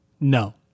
No